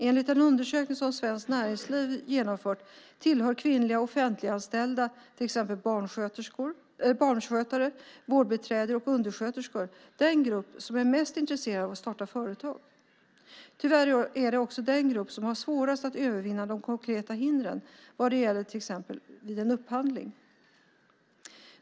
Enligt en undersökning som Svenskt Näringsliv har genomfört tillhör kvinnliga offentliganställda, till exempel barnskötare, vårdbiträden och undersköterskor, den grupp som är mest intresserad av att starta företag. Tyvärr är det också den gruppen som har svårast att övervinna de konkreta hindren till exempel vid en upphandling.